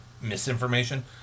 misinformation